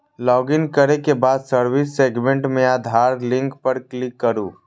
login करै के बाद सर्विस सेगमेंट मे आधार लिंक पर क्लिक करू